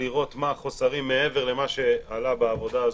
לראות מה החוסרים מעבר למה שעלה בעבודה הזאת,